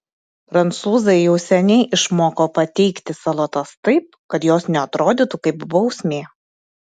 prancūzai jau seniai išmoko pateikti salotas taip kad jos neatrodytų kaip bausmė